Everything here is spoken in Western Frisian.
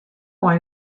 mei